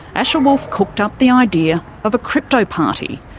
asher wolf cooked up the idea of a crypto party,